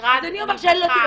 המשרד נבחן.